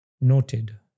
noted